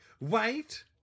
Wait